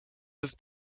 his